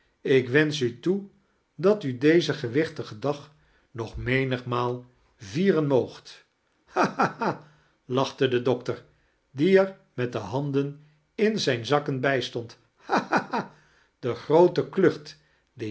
ik wensch u toe dat u dezen gewichtigen dag nog menigmaal viearen moogt ha ha ha lachte de doctor die er met de handen in zijn zakkem bijstond ha ha ha de groote klucht di